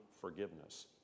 forgiveness